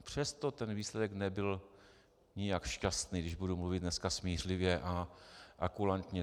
Přesto ten výsledek nebyl nijak šťastný, když budu mluvit dneska smířlivě a kulantně.